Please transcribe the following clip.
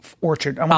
orchard